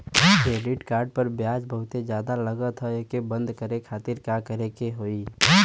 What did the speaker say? Credit card पर ब्याज बहुते ज्यादा लगत ह एके बंद करे खातिर का करे के होई?